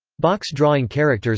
box-drawing characters